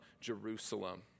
Jerusalem